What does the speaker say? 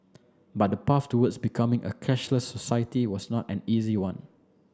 but the path towards becoming a cashless society was not an easy one